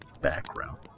background